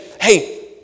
hey